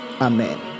Amen